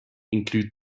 include